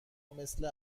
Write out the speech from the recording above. مثل